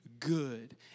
good